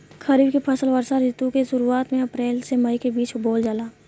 खरीफ के फसल वर्षा ऋतु के शुरुआत में अप्रैल से मई के बीच बोअल जाला